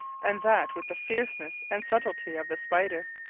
and that with the fierceness and subtilty of the spider.